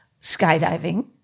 skydiving